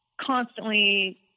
constantly